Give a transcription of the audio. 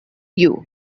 you